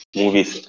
movies